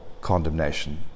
condemnation